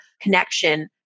connection